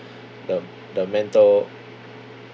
the the mentor